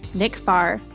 nick farr,